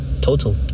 Total